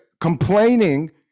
complaining